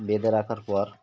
বেঁধে রাখার পর